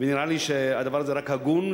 ונראה לי שהדבר הזה רק הגון.